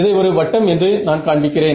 இதை ஒரு வட்டம் என்று நான் காண்பிக்கிறேன்